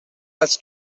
let’s